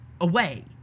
away